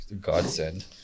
godsend